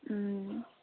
ꯎꯝ